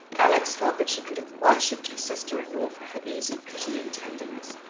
alex felt that she could have worshipped her sister-in-law for her easy, pitying tenderness.